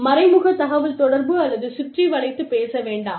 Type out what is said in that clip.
மறைமுக தகவல்தொடர்பு அல்லது சுற்றி வளைத்துப் பேச வேண்டாம்